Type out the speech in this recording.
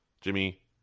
Jimmy